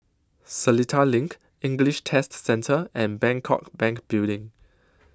Seletar LINK English Test Centre and Bangkok Bank Building